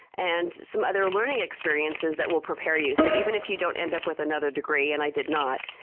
and some other learning experiences that will prepare you. so even if you don't end up with another degree, and i did not,